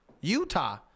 Utah